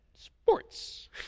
sports